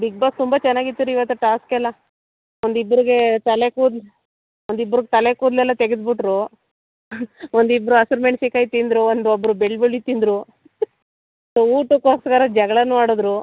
big Boss ತುಂಬ ಚೆನ್ನಾಗಿತ್ತು ರೀ ಇವತ್ತು ಟಾಸ್ಕ್ ಎಲ್ಲ ಒಂದಿಬ್ರಿಗೇ ತಲೆ ಕೂದ್ಲು ಒಂದು ಇಬ್ರಿಗೆ ತಲೆ ಕೂದಲೆಲ್ಲ ತೆಗೆದ್ಬಿಟ್ರು ಒಂದಿಬ್ಬರು ಹಸಿರು ಮೆಣ್ಸಿನ್ಕಾಯಿ ತಿಂದರು ಒಂದು ಒಬ್ಬರು ಬೆಳ್ಳುಳ್ಳಿ ತಿಂದರು ಊಟಕ್ಕೋಸ್ಕರ ಜಗಳಾನು ಆಡಿದ್ರು